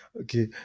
Okay